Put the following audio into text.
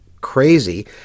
crazy